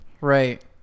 right